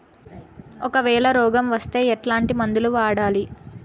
ఒకవేల రోగం వస్తే ఎట్లాంటి మందులు వాడాలి?